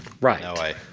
right